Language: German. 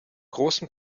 großen